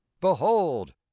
behold